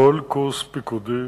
בכל קורס פיקודי